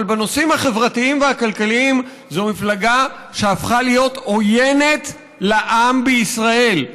אבל בנושאים החברתיים והכלכליים זו מפלגה שהפכה להיות עוינת לעם בישראל,